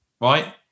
right